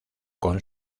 con